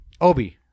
Obi